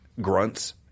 grunts